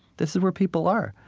this is where people are.